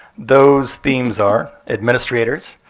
those themes are administrators,